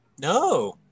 No